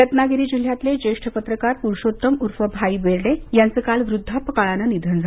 निधन रत्नागिरी जिल्ह्यातले ज्येष्ठ पत्रकार पुरुषोत्तम ऊर्फ भाई बेर्डे यांचं काल व्रद्धापकाळाने निधन झाले